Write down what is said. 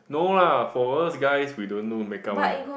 no lah for us guys we don't know makeup one lah